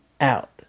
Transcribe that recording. out